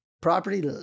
Property